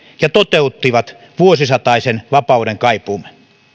ja toteuttivat vuosisataisen vapaudenkaipuun